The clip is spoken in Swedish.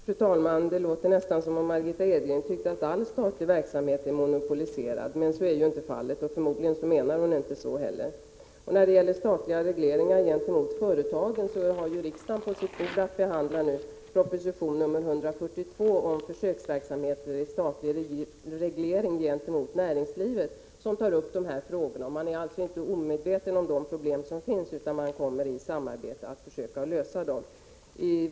Fru talman! Det lät nästan som om Margitta Edgren tycker att all statlig verksamhet är monopoliserad. Så är ju inte fallet, och förmodligen menade hon inte det heller. Riksdagen har nu på sitt bord för behandling proposition nr 142 om försöksverksamhet i statlig reglering gentemot näringslivet, i vilken frågor om statlig reglering gentemot företagen tas upp. Regeringen är alltså inte omedveten om de problem som finns, utan kommer i samarbete att försöka lösa dem.